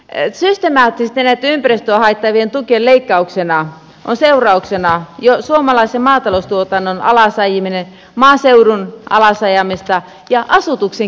systemaattisesti näiden ympäristöä haittaavien tukien leikkauksesta on seurauksena jo suomalaisen maataloustuotannon alasajaminen maaseudun alasajamista ja asutuksen keskittämistä